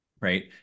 right